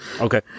Okay